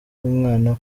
w’umwana